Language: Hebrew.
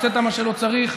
הוצאת מה שלא צריך.